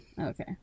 okay